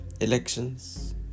elections